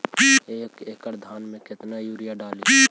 एक एकड़ धान मे कतना यूरिया डाली?